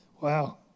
Wow